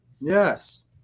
yes